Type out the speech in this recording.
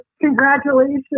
Congratulations